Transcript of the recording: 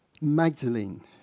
Magdalene